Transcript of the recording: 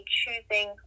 choosing